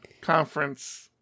Conference